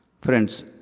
Friends